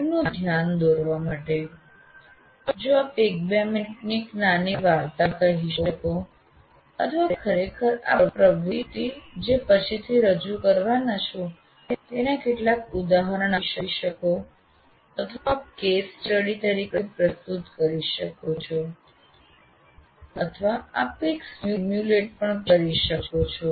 તેમનું ધ્યાન દોરવા માટે જો આપ 1 2 મિનિટની એક નાની વાર્તા કહી શકો અથવા ખરેખર જે પ્રવૃત્તિ આપ પછીથી રજૂ કરવાના છો તેના કેટલાક ઉદાહરણો આપી શકો છો અથવા આપ કેસ સ્ટડી તરીકે પ્રસ્તુત કરી શકો છો અથવા આપ કંઈક સીમ્યુલેટ પણ કરી શકો છો